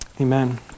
Amen